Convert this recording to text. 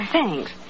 Thanks